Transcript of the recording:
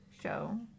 show